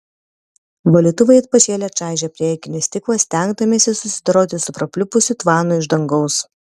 valytuvai it pašėlę čaižė priekinį stiklą stengdamiesi susidoroti su prapliupusiu tvanu iš dangaus